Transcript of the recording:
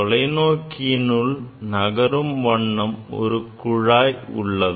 தொலைநோக்கியினுள் நகரும் வண்ணம் ஒரு குழாய் உள்ளது